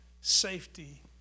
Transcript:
safety